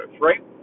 right